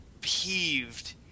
peeved